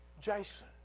Jason